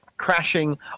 crashing